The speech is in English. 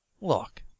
Look